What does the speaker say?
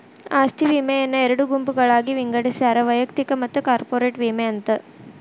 ಆಸ್ತಿ ವಿಮೆಯನ್ನ ಎರಡು ಗುಂಪುಗಳಾಗಿ ವಿಂಗಡಿಸ್ಯಾರ ವೈಯಕ್ತಿಕ ಮತ್ತ ಕಾರ್ಪೊರೇಟ್ ವಿಮೆ ಅಂತ